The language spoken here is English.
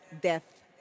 death